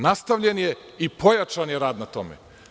Natavljen je i pojačan je rad na tome.